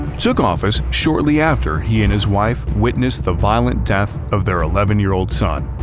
took office shortly after he and his wife witnessed the violent death of their eleven year old son,